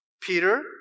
Peter